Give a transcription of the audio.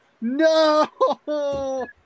no